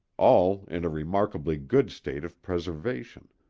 all in a remarkably good state of preservation,